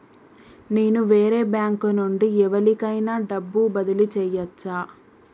నేను వేరే బ్యాంకు నుండి ఎవలికైనా డబ్బు బదిలీ చేయచ్చా?